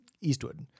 Eastwood